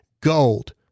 Gold